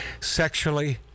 Sexually